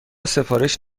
سفارش